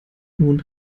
nun